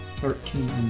Thirteen